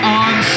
on